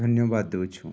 ଧନ୍ୟବାଦ ଦଉଛୁ